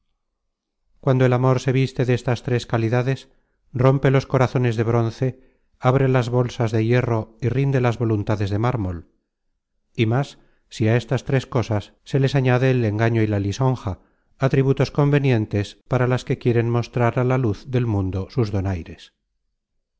cuando el amor se viste destas tres calidades rompe los corazones de bronce abre las bolsas de hierro y rinde las voluntades de mármol y más si á estas tres cosas se les añade el engaño y la lisonja atributos convenientes para las que quieren mostrar á la luz del mundo sus donaires